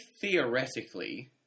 theoretically